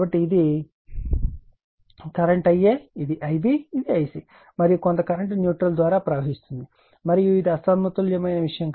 కాబట్టి ఇది current Ia ఇది Ib ఇది Ic మరియు కొంత కరెంట్ న్యూట్రల్ ద్వారా ప్రవహిస్తుంది మరియు ఇది అసమతుల్యమైన విషయం